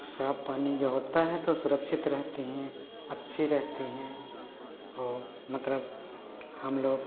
साफ पानी जब होता है तो मतलब सुरक्षित रहती हैं अच्छी रहती हैं और मतलब हम लोग